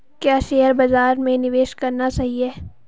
क्या शेयर बाज़ार में निवेश करना सही है?